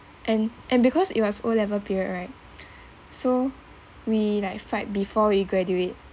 and and because it was O level period right so we like fight before we graduate